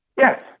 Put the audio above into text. Yes